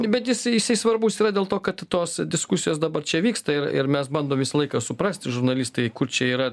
bet jisai jisai svarbus yra dėl to kad tos diskusijos dabar čia vyksta ir ir mes bandom visą laiką suprasti žurnalistai kur čia yra